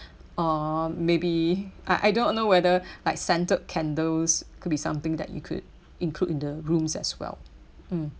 uh maybe I I don't know whether like scented candles could be something that you could include in the rooms as well mm